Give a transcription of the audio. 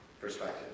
perspective